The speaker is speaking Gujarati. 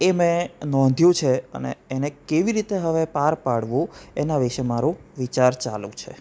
એ મેં નોંધ્યું છે અને એને કેવી રીતે હવે પાર પાડવું એના વિશે મારું વિચાર ચાલુ છે